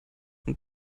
und